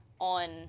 on